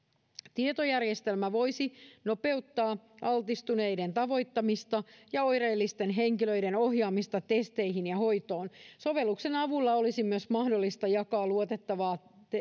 tietojärjestelmä voisi nopeuttaa altistuneiden tavoittamista ja oireellisten henkilöiden ohjaamista testeihin ja hoitoon sovelluksen avulla olisi myös mahdollista jakaa luotettavaa